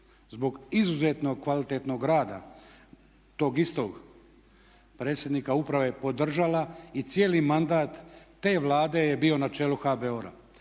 zbog izuzetno kvalitetnog rada tog istog predsjednika uprave podržala i cijeli mandat te Vlade je bio na čelu HBOR-a.